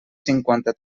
cinquanta